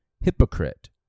Hypocrite